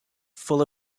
full